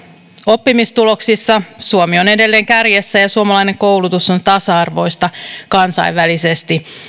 oppimistuloksissa suomi on edelleen kärjessä ja suomalainen koulutus on tasa arvoista kansainvälisesti